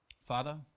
Father